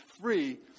free